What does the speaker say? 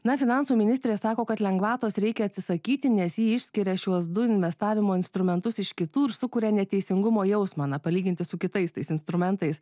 na finansų ministrė sako kad lengvatos reikia atsisakyti nes ji išskiria šiuos du investavimo instrumentus iš kitų ir sukuria neteisingumo jausmąna palyginti su kitais tais instrumentais